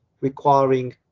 requiring